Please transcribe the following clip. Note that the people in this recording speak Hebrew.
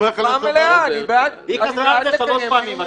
היא חזרה על זה שלוש פעמים,